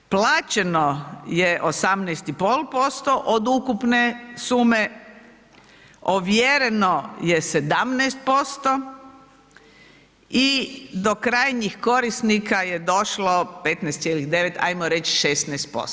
Plaćeno je 18,5% od ukupne sume, ovjereno je 17% i do krajnjih korisnika je došlo 15,9, hajmo reći 16%